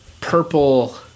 purple